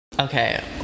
Okay